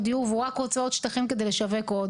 לתכנן.